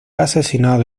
asesinado